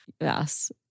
Yes